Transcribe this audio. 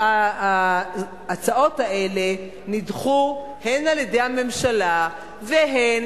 וההצעות האלה נדחו הן על-ידי הממשלה והן